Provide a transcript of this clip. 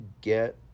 get